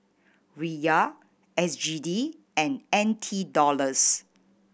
Riyal S G D and N T Dollars